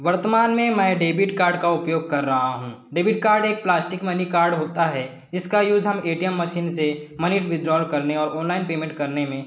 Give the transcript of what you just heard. वर्तमान में मैं डेबिट कार्ड का उपयोग कर रहा हूँ डेबिट कार्ड एक प्लास्टिक मनी कार्ड होता है जिसका यूज़ हम ए टी एम मशीन से मनी विड्राल करने और ऑनलाइन पेमेंट करने में